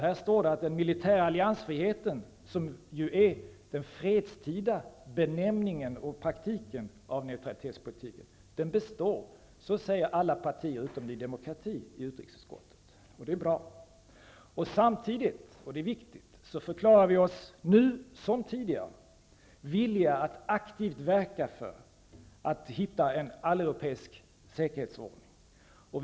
Det står att den militära alliansfriheten, som är den fredstida benämningen och praktiken av neutralitetspolitiken, består. Så säger alla partier i utrikesutskottet, utom Ny demokrati. Det är bra. Samtidigt -- och det är viktigt -- förklarar vi oss nu, som tidigare, villiga att aktivt verka för att hitta en alleuropeisk säkerhetsordning.